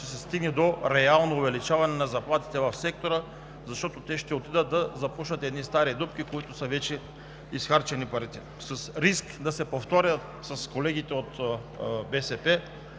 ще се стигне до реално увеличаване на заплатите в сектора, защото те ще отидат да запушат едни стари дупки – парите вече са изхарчени. С риск да се повторя с колегите от БСП